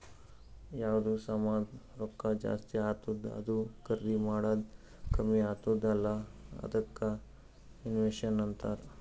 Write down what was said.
ಯಾವ್ದು ಸಾಮಾಂದ್ ರೊಕ್ಕಾ ಜಾಸ್ತಿ ಆತ್ತುದ್ ಅದೂ ಖರ್ದಿ ಮಾಡದ್ದು ಕಮ್ಮಿ ಆತ್ತುದ್ ಅಲ್ಲಾ ಅದ್ದುಕ ಇನ್ಫ್ಲೇಷನ್ ಅಂತಾರ್